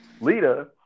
Lita